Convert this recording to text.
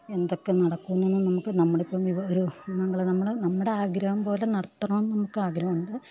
എന്തൊക്കെ നടക്കുന്നുവെന്ന് നമുക്ക് നമ്മളിപ്പം വിവാഹം ഒരു നമ്മളെ നമ്മൾ നമ്മുടെ ആഗ്രഹംപോലെ നടത്തണമെന്ന് നമുക്കാഗ്രഹമുണ്ട്